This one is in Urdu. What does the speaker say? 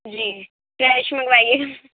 جی فریش منگوائیے